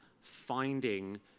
finding